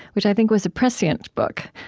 which i think was a prescient book.